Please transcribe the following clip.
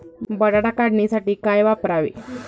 बटाटा काढणीसाठी काय वापरावे?